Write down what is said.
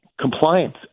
compliance